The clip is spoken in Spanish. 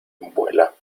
vuela